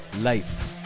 life